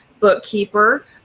bookkeeper